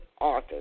authors